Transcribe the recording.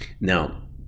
Now